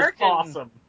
awesome